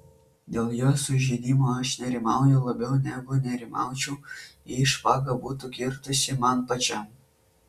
dėl jo sužeidimo aš nerimauju labiau negu nerimaučiau jei špaga būtų kirtusi man pačiam